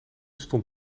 stond